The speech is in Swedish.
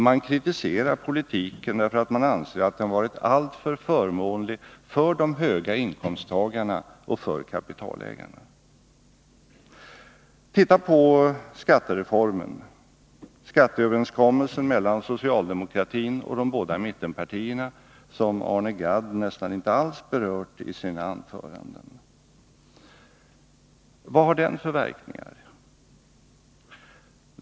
Man kritiserar politiken därför att man anser att den har varit alltför förmånlig för höginkomsttagarna och för kapitalägarna. Se på skattereformen! Skatteöverenskommelsen mellan socialdemokratin och de båda mittenpartierna, som Arne Gadd nästan inte alls har berört i sina anföranden, vad har den för verkningar?